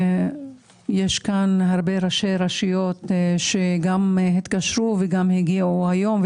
יש כאן הרבה ראשי רשויות שהתקשרו וגם הגיעו היום.